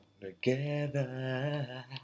together